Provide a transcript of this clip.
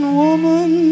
woman